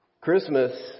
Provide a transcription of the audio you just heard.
Christmas